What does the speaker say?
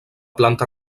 planta